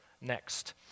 Next